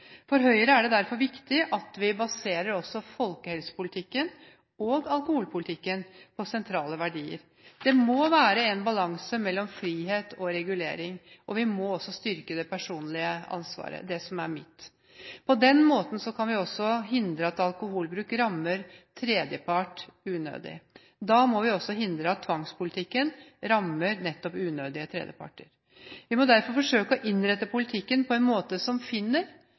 For Høyre er det derfor viktig at vi baserer også folkehelsepolitikken og alkoholpolitikken på sentrale verdier. Det må være en balanse mellom frihet og regulering. Vi må også styrke det personlige ansvaret, det som er mitt. På den måten kan vi hindre at alkoholbruk rammer tredjepart unødig. Da må vi også hindre at tvangspolitikken rammer nettopp unødige tredjeparter. Vi må derfor forsøke å innrette politikken på en måte som finner,